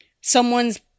someone's